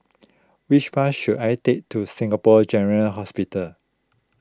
which bus should I take to Singapore General Hospital